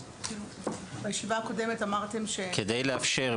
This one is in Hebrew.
בישיבה הקודמת אמרתם --- כדי לאפשר.